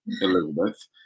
Elizabeth